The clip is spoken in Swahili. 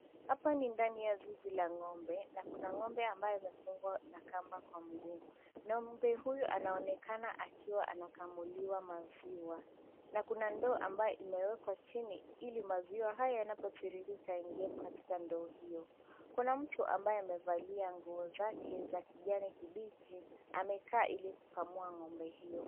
Hapa ni ndani ya zizi la ng'ombe na kuna ng'ombe ambaye amefungwa kamba kwa mguu anaonekana. Ng'ombe huyu anaonekana akiwa anakamuliwa maziwa na kuna ndoo ambayo imewekwa chini ili maziwa haya yanapotiririka aingie katika ndoo hiyo. Kuna mtu ambaye amevalia nguo zake za kijani kibichi amekaa ili kukamua ng'ombe hiyo.